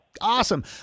Awesome